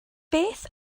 beth